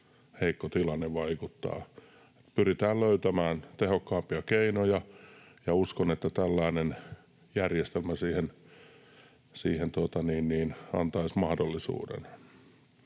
tilanne vaikuttaa. Pyritään löytämään tehokkaampia keinoja, ja uskon, että tällainen järjestelmä siihen antaisi mahdollisuuden.